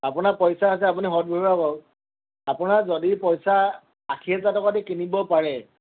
আপোনাৰ পইচা আছে আপুনি সদব্যৱহাৰ কৰক আপোনাৰ যদি পইচা আশী হোজাৰ টকা দি কিনিব পাৰে